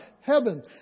heaven